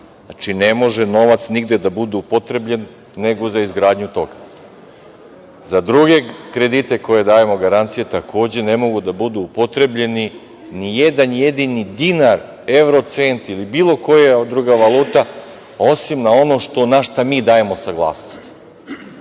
Znači, ne može novac nigde da bude upotrebljen nego za izgradnju toga. Za druge kredite koje dajemo garancije takođe ne mogu da budu upotrebljeni, ni jedan jedini dinar, evro, cent ili bilo koja druga valuta, osim na ono na šta mi dajemo saglasnost.E